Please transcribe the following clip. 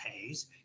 pays